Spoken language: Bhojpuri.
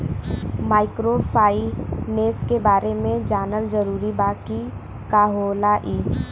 माइक्रोफाइनेस के बारे में जानल जरूरी बा की का होला ई?